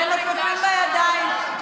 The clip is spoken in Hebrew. מנופפים בידיים.